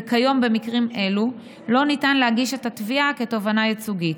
וכיום במקרים אלה לא ניתן להגיש את התביעה כתובענה ייצוגית.